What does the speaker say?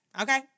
okay